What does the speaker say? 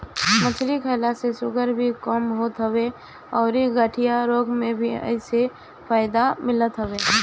मछरी खाए से शुगर भी कम होत हवे अउरी गठिया रोग में भी एसे फायदा मिलत हवे